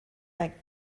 like